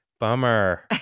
Bummer